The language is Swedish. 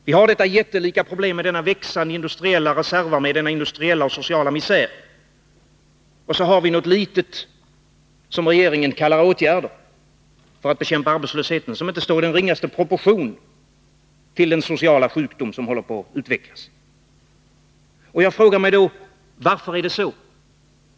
Vi har dels detta jättelika problem med denna växande industriella reservarmé och denna industriella och sociala misär, dels något litet som regeringen kallar åtgärder för att bekämpa arbetslösheten och som inte står i den ringaste proportion till den sociala sjukdom som håller på att utvecklas. Jag frågar mig: Varför är det så?